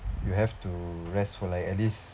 you have to rest for like at least